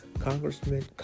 Congressman